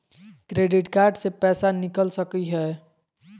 Credit card से पैसा निकल सकी हय?